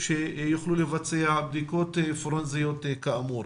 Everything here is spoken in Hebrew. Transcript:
שיוכלו לבצע בדיקות פורנזיות כאמור.